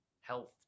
health